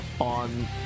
on